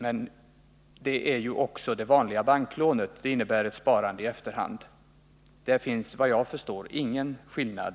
Men också det vanliga banklånet innebär ett sparande i efterhand. Där finns alltså efter vad jag förstår ingen skillnad.